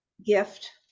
gift